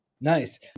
Nice